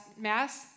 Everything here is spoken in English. mass